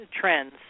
trends